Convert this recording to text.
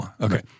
Okay